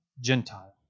Gentile